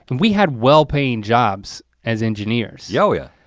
and we had well paying jobs as engineers. yo, yo.